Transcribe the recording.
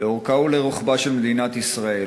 לאורכה ולרוחבה של מדינת ישראל.